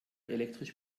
elektrisch